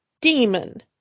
demon